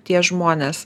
tie žmonės